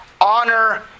honor